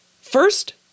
First